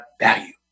value